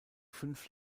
fünf